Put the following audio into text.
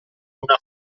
una